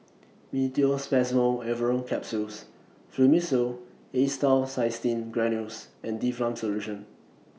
Meteospasmyl Alverine Capsules Fluimucil Acetylcysteine Granules and Difflam Solution